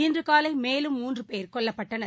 இன்றுகாலை மேலும் மூன்றுபேர் கொல்லப்பட்டனர்